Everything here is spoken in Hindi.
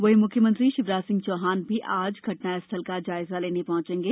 वहीं मुख्यमंत्री शिवराज सिंह चौहान भी आज घटनास्थल का जायजा लेने हंचेंगे